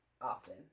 Often